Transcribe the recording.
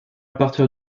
partir